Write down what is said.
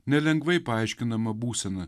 nelengvai paaiškinama būsena